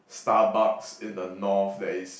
Starbucks in the North that is